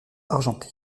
argentée